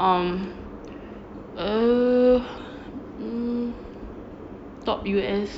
um err mm top U_S